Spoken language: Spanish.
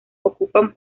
ocupan